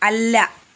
അല്ല